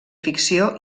ficció